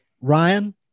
Ryan